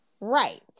Right